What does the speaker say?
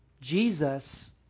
Jesus